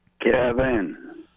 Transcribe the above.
Kevin